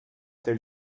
tel